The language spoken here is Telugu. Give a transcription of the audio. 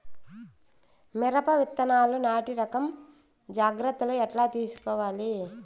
మిరప విత్తనాలు నాటి రకం జాగ్రత్తలు ఎట్లా తీసుకోవాలి?